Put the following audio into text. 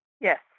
Yes